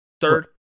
Third